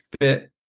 fit